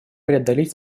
преодолеть